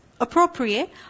appropriate